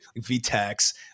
Vtex